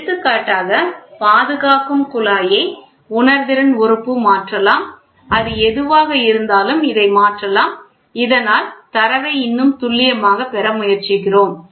எடுத்துக்காட்டாக பாதுகாக்கும் குழாயை உணர்திறன் உறுப்பு மாற்றலாம் அது எதுவாக இருந்தாலும் இதை மாற்றலாம் இதனால் தரவை இன்னும் துல்லியமாகப் பெற முயற்சிக்கிறோம்